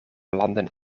landen